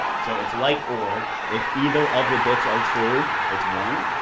so it's like or. if either of the bits are true, it's one,